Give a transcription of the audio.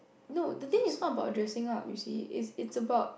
no the thing is not about dressing up you see it's it's about